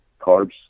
carbs